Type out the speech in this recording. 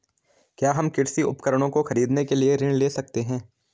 क्या हम कृषि उपकरणों को खरीदने के लिए ऋण ले सकते हैं?